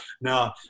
no